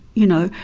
you know,